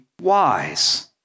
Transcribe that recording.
wise